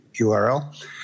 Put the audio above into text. URL